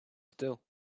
still